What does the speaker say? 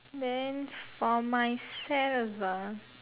then for myself ah